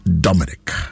Dominic